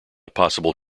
possible